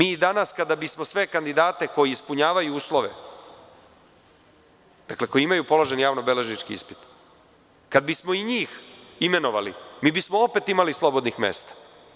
I danas kada bismo sve kandidate koji ispunjavaju uslove, koji imaju položen javno-beležički ispit, kada bismo i njih imenovali, opet bismo imali slobodnih mesta.